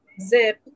zip